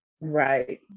right